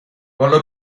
والا